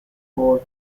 for